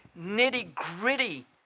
nitty-gritty